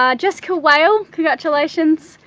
um jessica wale, congratulations.